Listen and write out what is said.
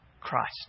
Christ